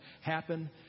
happen